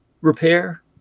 repair